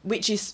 which is